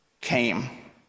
came